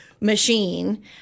machine